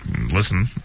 Listen